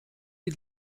die